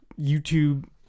YouTube